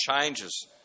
changes